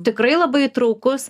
tikrai labai įtraukus